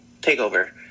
TakeOver